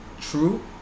True